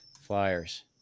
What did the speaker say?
Flyers